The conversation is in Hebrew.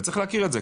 וצריך להכיר את זה.